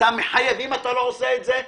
אתה חייב לעקוב אחרי זה,